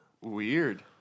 weird